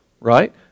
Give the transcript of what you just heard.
Right